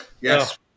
Yes